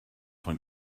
von